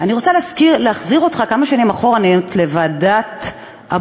אני רוצה להחזיר אותך כמה שנים אחורנית לוועדת הבריאות.